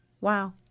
Wow